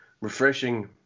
refreshing